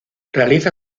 realiza